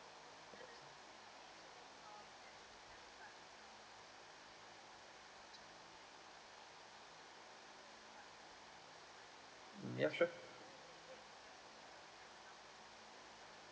mm ya sure